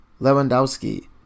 Lewandowski